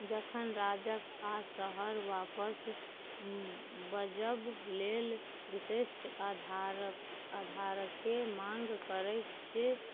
जखन राजक आओर शहर आपस बजब लेल विशिष्ट आधारक आधारके माँग करै छी